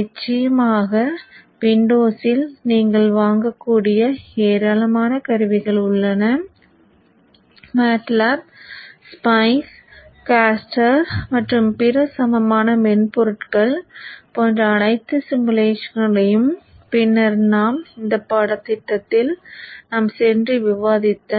நிச்சயமாக விண்டோஸில் நீங்கள் வாங்கக்கூடிய ஏராளமான கருவிகள் உள்ளன மாட்லாப் ஸ்பைஸ் காஸ்டர் மற்றும் பிற சமமான மென்பொருட்கள் போன்ற அனைத்து சிமுலேஷன்களையும் பின்னர் நாம் இந்த பாடத்திட்டத்தில் நாம் சென்று விவாதித்த